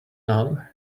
now